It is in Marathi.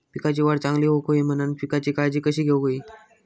पिकाची वाढ चांगली होऊक होई म्हणान पिकाची काळजी कशी घेऊक होई?